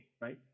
right